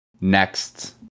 next